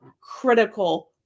critical